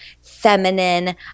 feminine